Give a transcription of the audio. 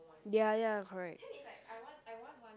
ya ya correct